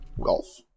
Golf